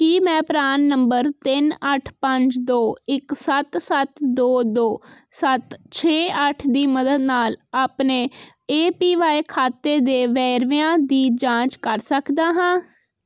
ਕੀ ਮੈਂ PRAN number ਤਿੰਨ ਅੱਠ ਪੰਜ ਦੋ ਇੱਕ ਸੱਤ ਸੱਤ ਦੋ ਦੋ ਸੱਤ ਛੇ ਅੱਠ ਦੀ ਮਦਦ ਨਾਲ ਆਪਣੇ ਏ ਪੀ ਵਾਈ ਖਾਤੇ ਦੇ ਵੇਰਵਿਆਂ ਦੀ ਜਾਂਚ ਕਰ ਸਕਦਾ ਹਾਂ